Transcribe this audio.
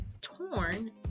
torn